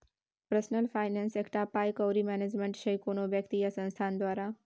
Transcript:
personal finance एकटा पाइ कौड़ी मैनेजमेंट छै कोनो बेकती या संस्थान द्वारा